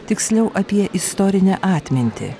tiksliau apie istorinę atmintį